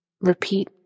Repeat